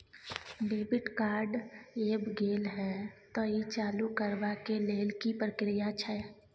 Debit card ऐब गेल हैं त ई चालू करबा के लेल की प्रक्रिया छै?